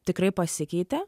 tikrai pasikeitė